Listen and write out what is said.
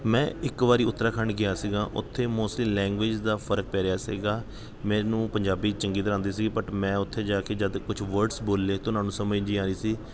ਮੈਂ ਇੱਕ ਵਾਰੀ ਉੱਤਰਾਖੰਡ ਗਿਆ ਸੀਗਾ ਉੱਥੇ ਮੋਸਟਲੀ ਲੈਂਗੁਏਜ ਦਾ ਫਰਕ ਪੈ ਰਿਹਾ ਸੀਗਾ ਮੈਨੂੰ ਪੰਜਾਬੀ ਚੰਗੀ ਤਰ੍ਹਾਂ ਆਉਂਦੀ ਸੀ ਬਟ ਮੈਂ ਉੱਥੇ ਜਾ ਕੇ ਜਦ ਕੁਝ ਵਰਡਸ ਬੋਲੇ ਤਾਂ ਉਹਨਾਂ ਨੂੰ ਸਮਝ ਨਹੀਂ ਆ ਰਹੀ ਸੀ